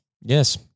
Yes